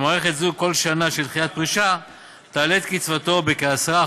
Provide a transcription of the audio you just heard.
במערכת זו כל שנה של דחיית פרישה תעלה את קצבתו בכ-10%.